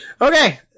Okay